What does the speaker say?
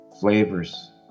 flavors